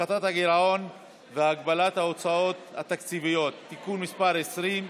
הפחתת הגירעון והגבלת ההוצאה התקציבית (תיקון מס' 20),